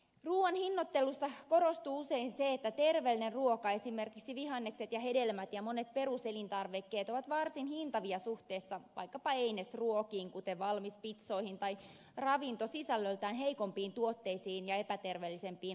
ruuan hinnoittelussa korostuu usein se että terveellinen ruoka esimerkiksi vihannekset ja hedelmät ja monet peruselintarvikkeet ovat varsin hintavia suhteessa vaikkapa einesruokiin kuten valmispitsoihin tai ravintosisällöltään heikompiin tuotteisiin ja epäterveellisempiin aineksiin